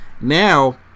now